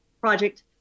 project